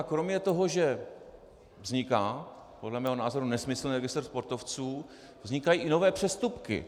Kromě toho, že vzniká podle mě nesmyslný registr sportovců, vznikají i nové přestupky.